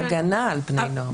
הגנה על בני נוער.